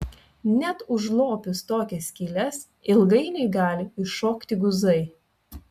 net užlopius tokias skyles ilgainiui gali iššokti guzai